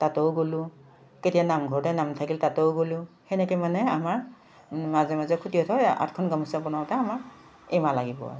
তাতেও গ'লোঁ কেতিয়া নামঘৰতে নাম থাকিল তাতেও গ'লোঁ তেনেকৈ মানে আমাৰ মাজে মাজে ক্ষতি হৈ আঠখন গামোচা বনাওঁতে আমাৰ এমাহ লাগিব আৰু